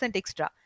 extra